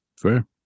fair